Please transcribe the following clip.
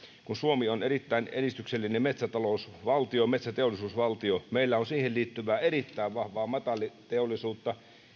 suomi on erittäin edistyksellinen metsätalousvaltio ja metsäteollisuusvaltio ja meillä on siihen liittyvää erittäin vahvaa metalliteollisuutta